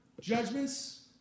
judgments